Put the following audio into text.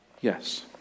Yes